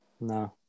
No